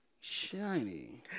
shiny